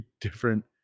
different